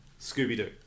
Scooby-Doo